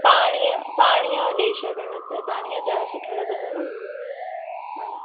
पाणीअ पाणीअ जो ॾेई छॾियो न त पाणीअ ज्यादा सुठो लॻंदो हा